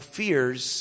fears